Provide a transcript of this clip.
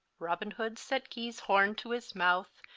robin hood sett guy's horne to his mouth,